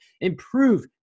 improve